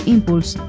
Impulse